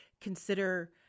consider